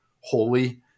holy